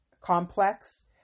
complex